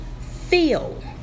feel